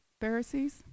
Pharisees